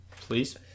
Please